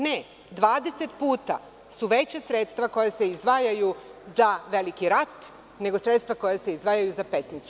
Ne, 20 puta su veća sredstva koja se izdvajaju za veliki rat, nego sredstva koja se izdvajaju za Petnicu.